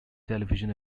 television